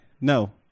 No